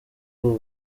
ubu